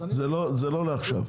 זה לא לעכשיו,